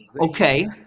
Okay